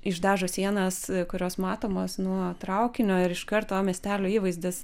išdažo sienas kurios matomos nuo traukinio ir iš karto miestelio įvaizdis